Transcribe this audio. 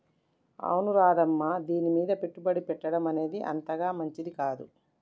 అవును రాధమ్మ దీనిమీద పెట్టుబడి పెట్టడం అనేది అంతగా మంచిది కాదు